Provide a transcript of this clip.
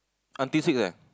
until six eh